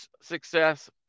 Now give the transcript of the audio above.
success